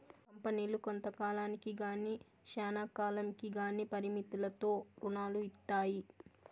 కంపెనీలు కొంత కాలానికి గానీ శ్యానా కాలంకి గానీ పరిమితులతో రుణాలు ఇత్తాయి